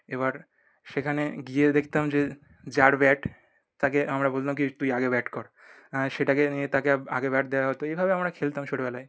এবার সেখানে গিয়ে দেখতাম যে যার ব্যাট তাকে আমরা বলতাম কী তুই আগে ব্যাট কর সেটাকে নিয়ে তাকে আগে ব্যাট দেওয়া হতো এইভাবে আমরা খেলতাম ছোটবেলায়